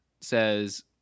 says